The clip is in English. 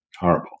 horrible